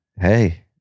Hey